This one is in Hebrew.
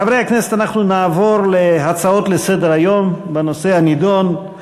חברי הכנסת, אנחנו נעבור להצעות בנושא הנדון: